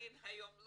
החליט שלא